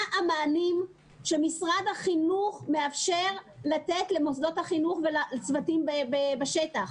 המענים שמשרד החינוך מאפשר לתת למוסדות החינוך ולצוותים בשטח.